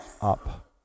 up